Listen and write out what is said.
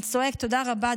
אני צועק: תודה רבה,